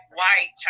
white